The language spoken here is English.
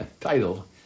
title